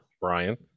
brian